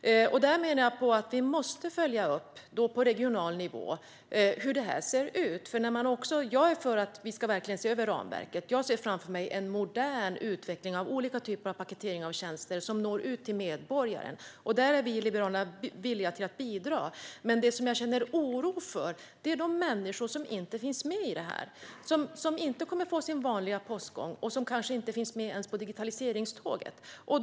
Jag menar att vi måste följa upp på regional nivå hur det ser ut. Jag är för att vi ska se över ramverket. Jag ser framför mig en modern utveckling av olika typer av paketering av tjänster som når ut till medborgaren, och där är vi i Liberalerna villiga att bidra. Jag känner dock oro för de människor som inte finns med i detta, som inte kommer att få sin vanliga postgång och som kanske inte finns med på digitaliseringståget.